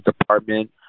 Department